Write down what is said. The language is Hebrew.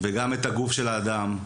וגם את הגוף של האדם,